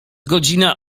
godzina